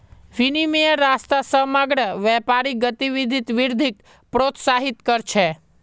विनिमयेर रास्ता समग्र व्यापारिक गतिविधित वृद्धिक प्रोत्साहित कर छे